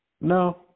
No